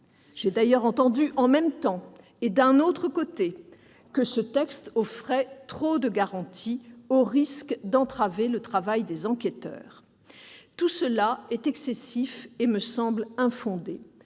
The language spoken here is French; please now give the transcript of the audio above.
J'ai d'ailleurs entendu en même temps et d'un autre côté que ce texte offrait trop de garanties, au risque d'entraver le travail des enquêteurs ... Tout cela est excessif et me semble infondé.